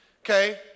Okay